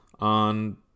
on